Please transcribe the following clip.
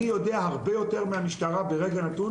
אני יודע הרבה יותר מהמשטרה מה קורה בעיר בכל רגע נתון,